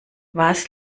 was